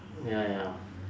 ya ya